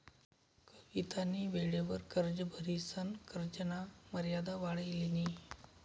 कवितानी वेळवर कर्ज भरिसन कर्जना मर्यादा वाढाई लिनी